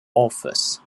authors